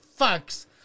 fucks